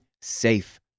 safe